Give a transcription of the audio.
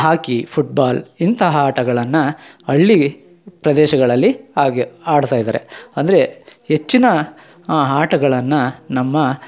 ಹಾಕಿ football ಇಂತಹ ಆಟಗಳನ್ನು ಹಳ್ಳಿ ಪ್ರದೇಶಗಳಲ್ಲಿ ಹಾಗೆ ಆಡ್ತಾಯಿದಾರೆ ಅಂದರೆ ಹೆಚ್ಚಿನ ಆಟಗಳನ್ನು ನಮ್ಮ